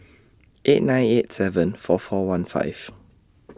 eight nine eight seven four four one five